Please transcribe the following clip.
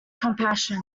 compassion